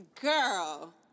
girl